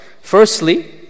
firstly